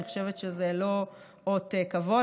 אני חושבת שזה לא אות כבוד,